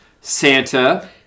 Santa